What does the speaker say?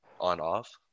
on-off